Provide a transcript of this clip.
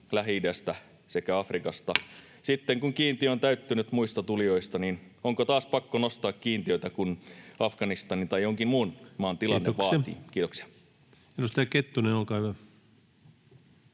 Lähi-idästä sekä Afrikasta? Sitten kun kiintiö on täyttynyt muista tulijoista, niin onko taas pakko nostaa kiintiötä, kun Afganistanin tai jonkin muun maan [Puhemies: Kiitoksia!] tilanne vaatii?